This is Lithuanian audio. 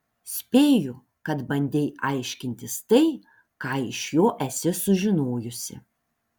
spėju kad bandei aiškintis tai ką iš jo esi sužinojusi